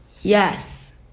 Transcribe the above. Yes